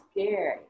scary